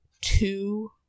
two